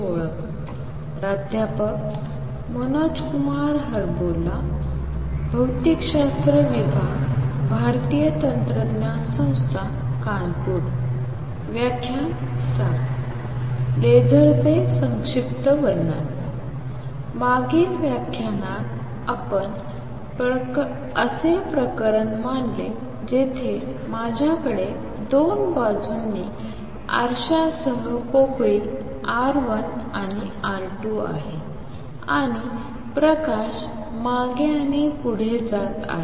लेसरचे संक्षिप्त वर्णन मागील व्याख्यानात आपण असे प्रकरण मानले जेथे माझ्याकडे दोन बाजूंनी आरशासह पोकळी आर 1 आणि आर 2 आहे आणि प्रकाश मागे आणि पुढे जात आहे